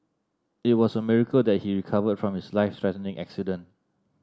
it was a miracle that he recovered from his life threatening accident